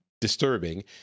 disturbing